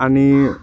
आणि